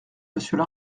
monsieur